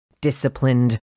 disciplined